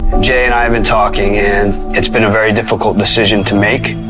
jay and i have been talking, and it's been a very difficult decision to make,